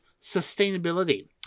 sustainability